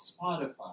Spotify